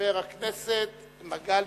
חבר הכנסת מגלי,